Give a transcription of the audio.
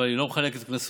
אבל היא לא מחלקת קנסות,